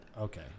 Okay